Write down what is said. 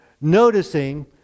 noticing